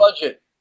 budget